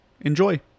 Enjoy